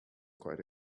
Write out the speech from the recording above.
quite